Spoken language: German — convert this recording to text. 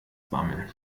bammel